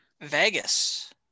Vegas